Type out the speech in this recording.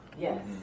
Yes